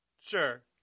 Sure